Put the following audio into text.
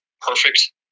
perfect